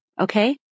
okay